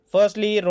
Firstly